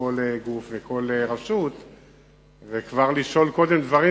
כל גוף וכל רשות וכבר לשאול קודם דברים